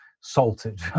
salted